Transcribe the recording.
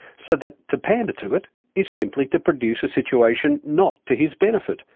so that to pander to it is simply to produce a situation not to his benefit,